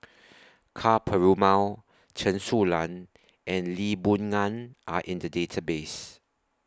Ka Perumal Chen Su Lan and Lee Boon Ngan Are in The Database